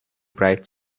bright